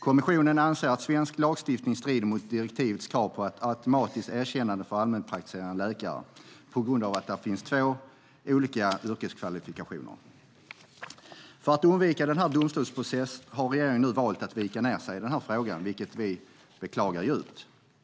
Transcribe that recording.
Kommissionen anser att svensk lagstiftning strider mot direktivets krav på ett automatiskt erkännande för allmänpraktiserande läkare på grund av att det finns två olika yrkeskvalifikationer. För att undvika en domstolsprocess har regeringen valt att vika ned sig i den här frågan, vilket vi beklagar djupt.